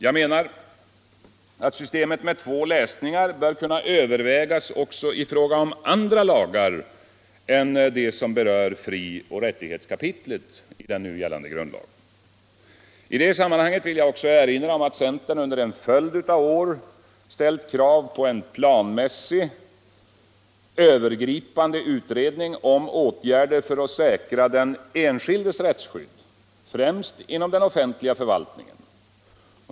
Jag menar att systemet med två läsningar bör kunna övervägas också i fråga om andra lagar än de som berör frioch rättighetskapitlet i den nu gällande grundlagen. I detta sammanhang vill jag också erinra om att centern under en följd av år ställt krav på en planmässig, övergripande utredning om åtgärder för att säkra den enskildes rättsskydd, främst inom den offentliga förvaltningen.